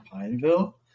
Pineville